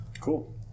Cool